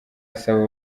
asaba